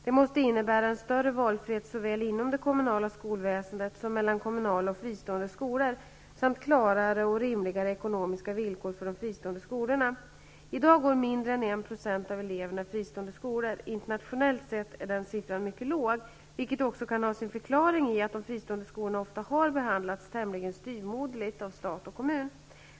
Detta måste innebära en större valfrihet såväl inom det kommunala skolväsendet som mellan kommunala och fristående skolor samt klarare och rimligare ekonomiska villkor för de fristående skolorna. I dag går mindre än 1 % av eleverna i fristående skolor. Internationellt sett är den siffran mycket låg, vilket också kan ha sin förklaring i att de fristående skolorna ofta har behandlats tämligen styvmoderligt av stat och kommun.